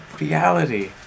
reality